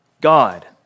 God